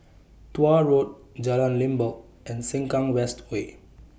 Tuah Road Jalan Limbok and Sengkang West Way